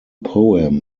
poem